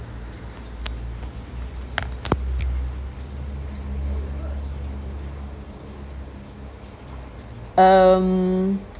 um